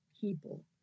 people